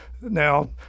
Now